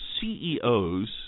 CEOs